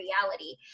reality